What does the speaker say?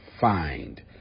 find